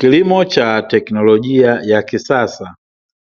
Kilimo cha teknolojia ya kisasa